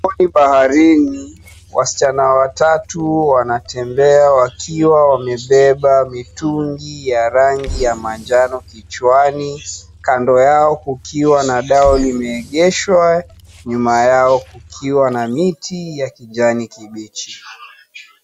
Pwani baharini, wasichana watatu wanatembea wakiwa wamebeba mitungi ya rangi ya manjano kichwani, kando yao kukiwa na dao limeegeshwa, nyuma yao kukiwa na miti ya kijani kibichi.